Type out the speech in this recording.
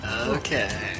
Okay